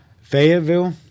Fayetteville